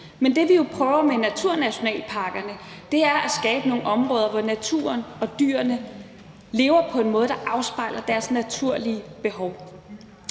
men det, vi jo prøver med naturnationalparkerne, er at skabe nogle områder, hvor naturen og dyrene lever på en måde, der afspejler deres naturlige behov.